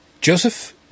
Joseph